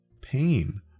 pain